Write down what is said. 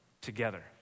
together